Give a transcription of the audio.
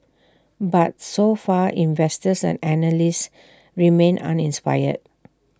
but so far investors and analysts remain uninspired